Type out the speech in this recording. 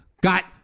got